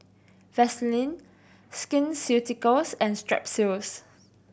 Vaselin Skin Ceuticals and Strepsils